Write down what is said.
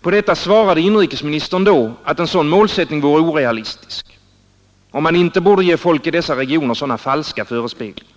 På detta svarade inrikesministern att en sådan målsättning vore orealistisk och att man inte borde ge folk i dessa regioner sådana falska förespeglingar.